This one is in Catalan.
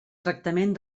tractament